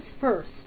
first